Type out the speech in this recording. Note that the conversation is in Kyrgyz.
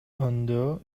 оңдоо